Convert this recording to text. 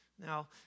Now